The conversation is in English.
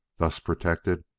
thus protected,